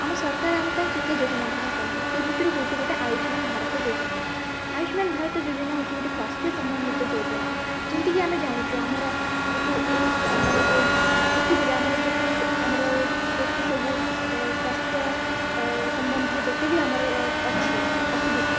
ଆମ ସରକାର ଆମ ପାଇଁ କେତେ ଯୋଜନା ବାହାର କଲେଣି ସେଇ ଭିତରୁ ହେଉଛି ଗୋଟେ ହେଲା ଆୟୁଷ୍ମାନ ଭାରତ ଯୋଜନା ଆୟୁଷ୍ମାନ ଭାରତ ଯୋଜନା ହେଉଛି ଗୋଟେ ସ୍ୱାସ୍ଥ୍ୟ ସମ୍ବନ୍ଧିତ ଯୋଜନା ଯେମିତିକି ଆମେ ଜାଣିଛୁ ଆମର ଯେତେ ଆମର ଯେଉଁ ପୃଥିବୀରେ ଆମର ଯେତେ ଆମର ଯେତେ ସବୁ ସ୍ୱାସ୍ଥ୍ୟ ସମ୍ବନ୍ଧୀୟ ଯେତେ ବି ଆମର ଅଛି ଅସୁବିଧା